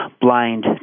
blind